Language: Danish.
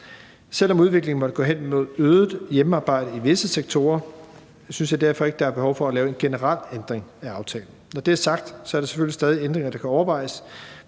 Selv om udviklingen måtte gå hen mod øget hjemmearbejde i visse sektorer, synes jeg derfor ikke, der er behov for at lave en generel ændring af aftalen. Når det er sagt, er der selvfølgelig stadig ændringer, der kan overvejes.